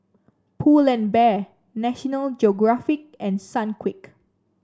Pull and Bear National Geographic and Sunquick